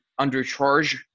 undercharge